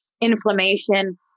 inflammation